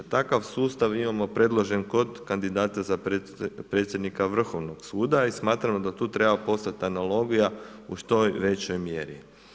Takav sustav imamo predložen kod kandidata za predsjednika Vrhovnog suda i smatram da to treba postati analogija u što većoj mjeri.